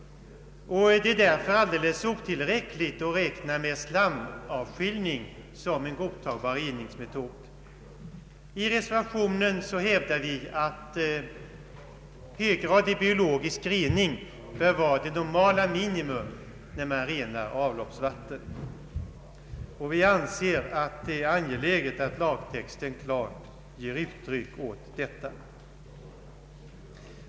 Det är därför alldeles otillräckligt att räkna med slamavskiljning som en godtagbar reningsmetod. I reservationen hävdar vi att höggradig biologisk rening bör vara det normala minimum när man renar avloppsvatten. Vi anser det angeläget att lagtexten klart ger uttryck åt detta.